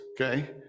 okay